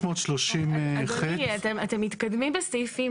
אדוני, אתם מתקדמים בסעיפים.